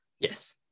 Yes